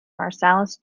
marsalis